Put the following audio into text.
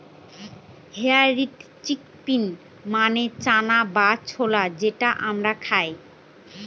white chickpea মানে চানা বা ছোলা যেটা আমরা খায়